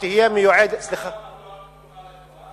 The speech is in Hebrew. שתהיה מיועדת, כפר-קרע פתוח לכולם?